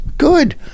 good